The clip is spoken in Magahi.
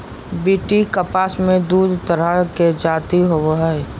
बी.टी कपास मे दू तरह के जाति होबो हइ